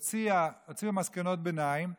היא הוציאה מסקנות ביניים,